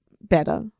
better